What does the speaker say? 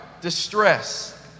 distress